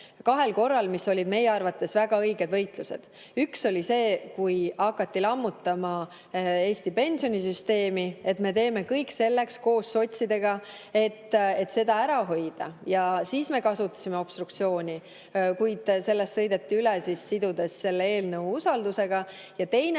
kahel korral, mis olid meie arvates väga õiged võitlused. Üks oli see, kui hakati lammutama Eesti pensionisüsteemi, ja me tegime koos sotsidega kõik selleks, et seda ära hoida, ja siis me kasutasime obstruktsiooni. Kuid sellest sõideti üle, sidudes eelnõu usaldusega. Ja teine